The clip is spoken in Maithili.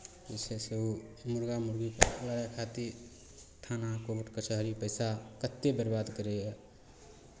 जे छै से ओ मुरगा मुरगीके लड़ाइ खातिर थाना कोर्ट कचहरी पैसा कतेक बरबाद करैए